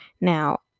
Now